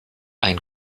ein